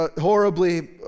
horribly